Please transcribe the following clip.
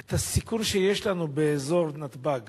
את הסיכון שיש לנו באזור נתב"ג